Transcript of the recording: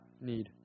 need